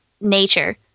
nature